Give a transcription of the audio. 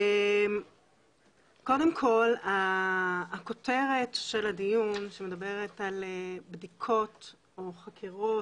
קודם כל הכותרת של הדיון שמדברת על בדיקות או חקירות,